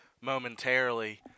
momentarily